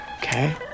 okay